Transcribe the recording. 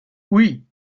oui